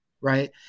right